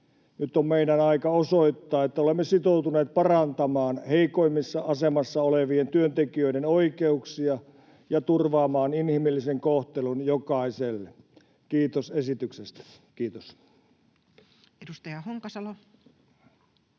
Nyt on meidän aikamme osoittaa, että olemme sitoutuneet parantamaan heikoimmassa asemassa olevien työntekijöiden oikeuksia ja turvaamaan inhimillisen kohtelun jokaiselle. Kiitos esityksestä. — Kiitos. Edustaja Honkasalo.